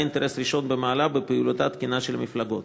שלה יש אינטרס ראשון במעלה בפעילותן התקינה של המפלגות.